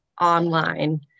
online